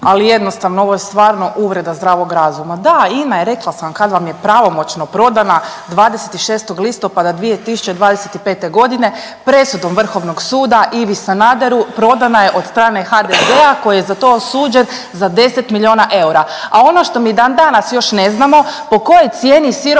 ali jednostavno ovo je stvarno uvreda zdravog razuma. Da, INA je rekla sam kad vam je pravomoćno prodana 26. listopada 2025. godine presudom Vrhovnog suda Ivi Sanaderu prodana je od strane HDZ-a koji je za to osuđen za 10 milijuna eura. A ono što mi dan danas još ne znamo po kojoj cijeni sirovu